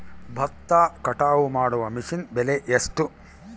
ಭತ್ತ ಕಟಾವು ಮಾಡುವ ಮಿಷನ್ ಬೆಲೆ ಎಷ್ಟು?